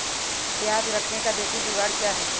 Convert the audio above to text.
प्याज रखने का देसी जुगाड़ क्या है?